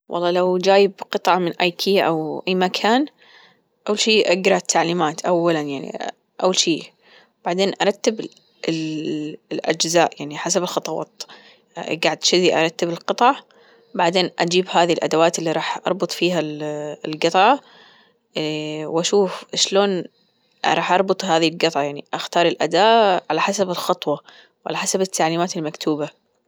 والله لو جايب قطعة من أيكيا أو أي مكان أول شي أجرأ التعليمات أولا يعني أول شي بعدين أرتب الأجزاء يعني حسب الخطوات جاعد تشذي أرتب القطع بعدين أجيب هذي الأدوات اللي راح أربط فيها القطعة وأشوف إشلون راح أربط هذي القطعة يعني أختار الأداة على حسب الخطوة وعلى حسب التعليمات المكتوبة.